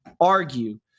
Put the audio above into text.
argue –